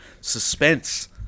suspense